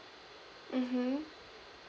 mmhmm